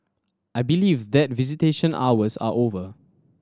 I believe that visitation hours are over